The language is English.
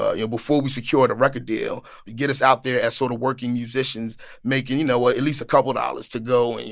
ah you know, before we secured a record deal get us out there as sort of working musicians making, you know, ah at least a couple dollars to go and,